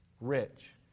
rich